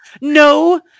No